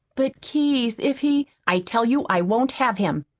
but, keith, if he i tell you i won't have him,